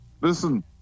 listen